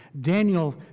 Daniel